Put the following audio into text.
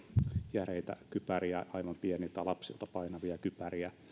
järeitä kypäriä aivan pieniltä lapsilta painavia kypäriä